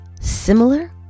similar